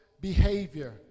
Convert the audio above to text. behavior